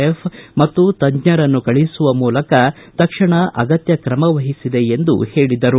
F ಮತ್ತು ತಜ್ವರನ್ನು ಕಳಿಸುವ ಮೂಲಕ ತಕ್ಷಣ ಅಗತ್ಯ ಕ್ರಮವಹಿಸಿದೆ ಎಂದು ಅವರು ಹೇಳಿದರು